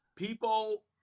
People